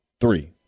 Three